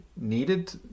needed